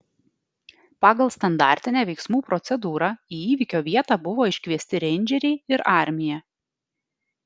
pagal standartinę veiksmų procedūrą į įvykio vietą buvo iškviesti reindžeriai ir armija